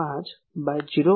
5 by 0